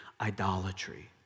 idolatry